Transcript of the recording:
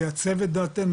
לייצב את דעתנו,